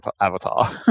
avatar